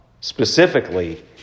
Specifically